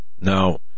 Now